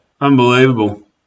Unbelievable